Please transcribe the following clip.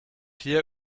hier